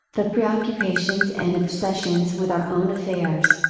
the preoccupations and obsessions with our own affairs.